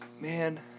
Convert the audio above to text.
man